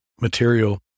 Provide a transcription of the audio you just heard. material